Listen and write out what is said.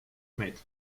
mate